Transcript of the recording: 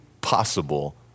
possible